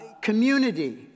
community